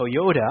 Toyota